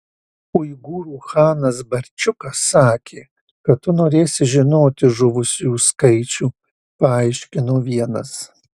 uigūrų chanas barčiukas sakė kad tu norėsi žinoti žuvusiųjų skaičių paaiškino vienas